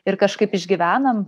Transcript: ir kažkaip išgyvenam